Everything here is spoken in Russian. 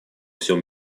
всем